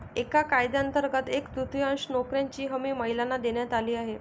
या कायद्यांतर्गत एक तृतीयांश नोकऱ्यांची हमी महिलांना देण्यात आली आहे